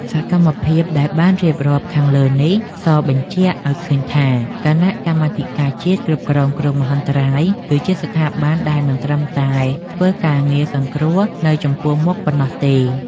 សកម្មភាពដែលបានរៀបរាប់ខាងលើនេះសបញ្ជាក់ឱ្យឃើញថា គណៈកម្មាធិការជាតិគ្រប់គ្រងគ្រោះមហន្តរាយគឺជាស្ថាប័នដែលមិនត្រឹមតែធ្វើការងារសង្គ្រោះនៅចំពោះមុខប៉ុណ្ណោះទេ។